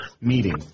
meeting